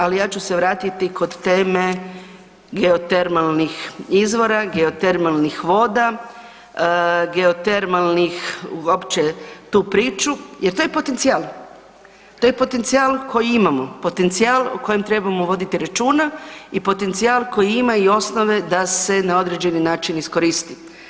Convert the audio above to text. Ali ja ću se vratiti kod teme geotermalnih izvora, geotermalnih voda, geotermalnih uopće tu priču jer to je potencijal, to je potencijal koji imamo, potencijal o kojem trebamo voditi računa i potencijal koji ima i osnove da se na određeni način iskoristi.